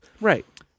Right